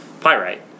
pyrite